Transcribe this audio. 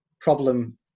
problem